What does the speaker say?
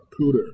Cooter